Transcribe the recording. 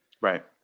right